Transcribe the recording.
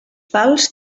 pals